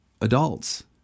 adults